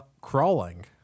Crawling